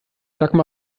dagmar